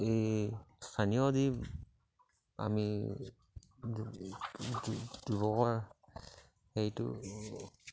এই স্থানীয় যি আমি দিবপৰা সেইটো